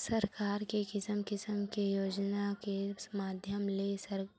सरकार के किसम किसम के योजना के माधियम ले